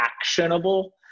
actionable